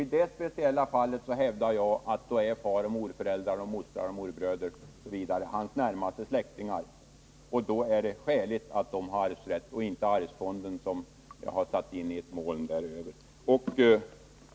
I detta fall hävdar jag att faroch morföräldrar, mostrar, morbröder osv. är hans närmaste släktingar, och då är det också skäligt att dessa har arvsrätt och inte arvsfonden.